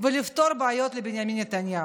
ולפתור בעיות לבנימין נתניהו.